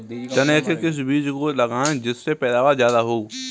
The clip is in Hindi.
चने के किस बीज को लगाएँ जिससे पैदावार ज्यादा हो?